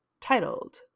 titled